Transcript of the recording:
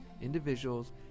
individuals